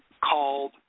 called